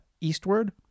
eastward